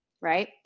Right